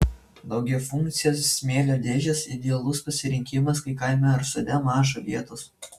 daugiafunkcės smėlio dėžės idealus pasirinkimas kai kieme ar sode maža vietos